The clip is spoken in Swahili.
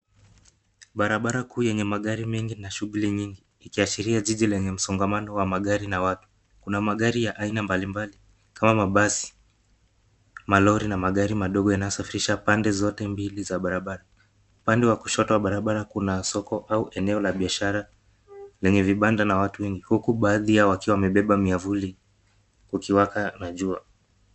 Barabara kuu yenye magari mengi na shughuli nyingi, ikiashiria jiji lenye msongamano wa magari na watu. Kuna magari ya aina mbali mbali kama: mabasi, malori na magari madogo yanayosafirisha pande zote mbili za barabara. Upande wa kushoto wa barabara kuna soko au eneo la biashara lenye vibanda na watu wengi, huku baadhi yao wakiwa wamebeba miavuli, kukiwaka na jua.